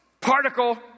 particle